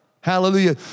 Hallelujah